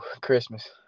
Christmas